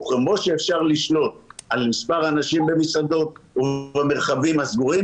וכמו שאפשר לשלוט על מספר אנשים במסעדות ובמרחבים הסגורים